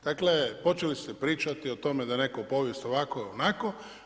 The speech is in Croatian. Dakle, počeli ste pričati o tome da neko povijest ovako i onako.